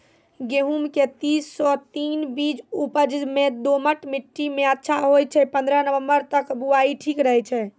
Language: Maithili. गेहूँम के तीन सौ तीन बीज उपज मे दोमट मिट्टी मे अच्छा होय छै, पन्द्रह नवंबर तक बुआई ठीक रहै छै